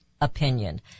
opinion